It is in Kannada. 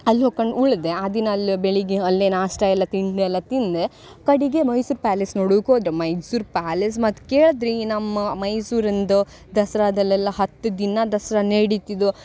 ಅಲ್ಲಿ ಹೋಕಂದು ಉಳಿದೆ ಆ ದಿನ ಅಲ್ಲಿ ಬೆಳಗ್ಗೆ ಅಲ್ಲೇ ನಾಷ್ಟಾ ಎಲ್ಲ ತಿಂದೆ ಎಲ್ಲ ತಿಂದೆ ಕಡೆಗೆ ಮೈಸೂರು ಪ್ಯಾಲೇಸ್ ನೋಡುಕ್ಕೆ ಹೋದ್ರೆ ಮೈಸೂರು ಪ್ಯಾಲೇಸ್ ಮತ್ತು ಕೇಳಿದ್ರಿ ನಮ್ಮ ಮೈಸೂರಿಂದು ದಸರಾದಲ್ಲೆಲ್ಲ ಹತ್ತು ದಿನ ದಸರಾ ನಡಿತಿದ್ವು